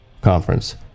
conference